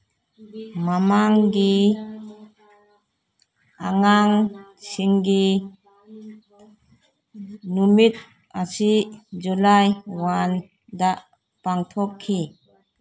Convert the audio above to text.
ꯃꯃꯥꯡꯒꯤ ꯑꯉꯥꯡꯁꯤꯡꯒꯤ ꯅꯨꯃꯤꯠ ꯑꯁꯤ ꯖꯨꯂꯥꯏ ꯋꯥꯟꯗ ꯄꯥꯡꯊꯣꯛꯈꯤ